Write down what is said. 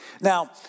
Now